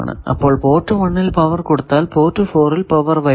അപ്പോൾ പോർട്ട് 1 ൽ പവർ കൊടുത്താൽ പോർട്ട് 4 ൽ പവർ വരില്ല